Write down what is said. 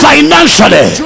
Financially